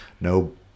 No